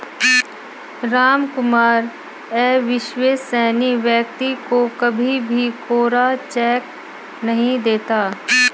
रामकुमार अविश्वसनीय व्यक्ति को कभी भी कोरा चेक नहीं देता